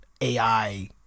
AI